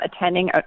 attending